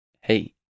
Hey